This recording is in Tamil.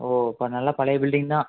ஓ அப்போ நல்லா பழைய பில்டிங் தான்